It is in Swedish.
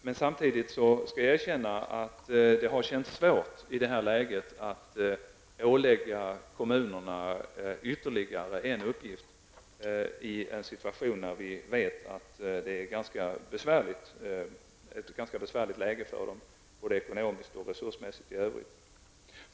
Men samtidigt skall jag erkänna att det har känts svårt i detta läge att ålägga kommunerna ytterligare en uppgift, i en situation när vi vet att det är ett ganska besvärligt läge för dem både ekonomisk och resursmässigt i övrigt.